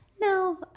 no